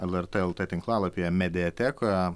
lrt lt tinklalapyje mediatekoje